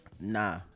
Nah